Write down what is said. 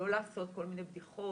לא לעשות כל מיני בדיחות,